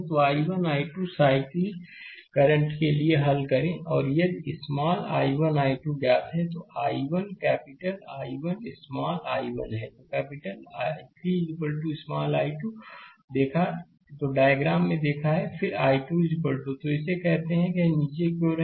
तो I1 I2 cyclic current के लिए हल करें और यदि स्मॉल I1 I2 ज्ञात है तो I1 capital I1 small I1 है तब कैपिटल I3 स्मॉल I2 देखा है डायग्राम में देखा है और फिर I2 तो इसको कह सकते हैं कि यह नीचे की ओर है